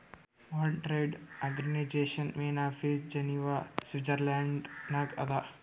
world trade organisation main office Geneva Switzerland ನಾಗ್ ಅದಾ